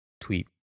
tweet